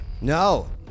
No